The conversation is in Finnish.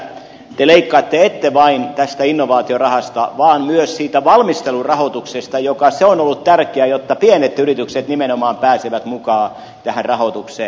te ette leikkaa vain tästä innovaatiorahasta vaan myös siitä valmistelurahoituksesta joka on ollut tärkeä jotta pienet yritykset nimenomaan pääsevät mukaan tähän rahoitukseen